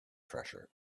treasure